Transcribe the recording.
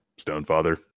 Stonefather